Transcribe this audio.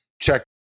check